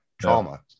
trauma